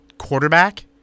quarterback